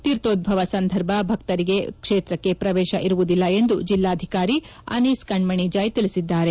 ತೀರ್ಥೋದ್ದವ ಸಂದರ್ಭ ಭಕ್ತರಿಗೆ ಕ್ಷೇತಕ್ಷೆ ಪ್ರವೇತ ಇರುವುದಿಲ್ಲ ಎಂದು ಜಿಲ್ಲಾಧಿಕಾರಿ ಅನೀಸ್ ಕಣ್ಣಣಿ ಜಾಯ್ ತಿಳಬದ್ದಾರೆ